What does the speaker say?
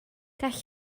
gall